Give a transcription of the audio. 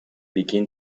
begin